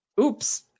oops